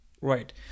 Right